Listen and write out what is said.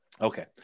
Okay